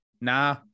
Nah